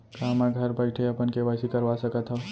का मैं घर बइठे अपन के.वाई.सी करवा सकत हव?